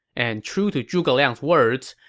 and true to zhuge liang's words,